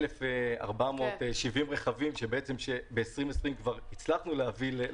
1,470 רכבים שב-2020 כבר הצלחנו להביא.